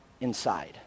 inside